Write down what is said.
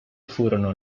furono